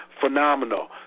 phenomenal